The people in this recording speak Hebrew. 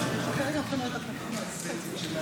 חיכיתי, אתה לא הסתכלת אפילו.